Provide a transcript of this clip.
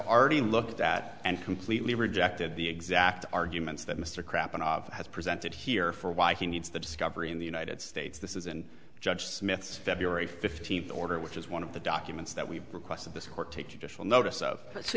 already looked at and completely rejected the exact arguments that mr crap and has presented here for why he needs the discovery in the united states this isn't a judge smith's february fifteenth order which is one of the documents that we've requested this court to judicial notice of so